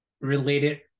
related